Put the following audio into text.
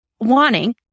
wanting